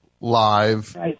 live